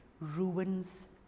ruins